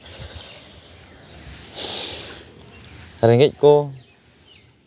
ᱨᱮᱸᱜᱮᱡ ᱠᱚ